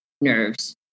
nerves